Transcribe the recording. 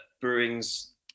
brewing's